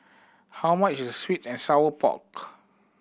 how much is the sweet and sour pork